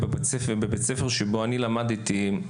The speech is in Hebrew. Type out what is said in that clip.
בבית-ספר שבו אני למדתי,